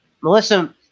Melissa